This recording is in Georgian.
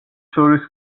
შორის